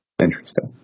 Interesting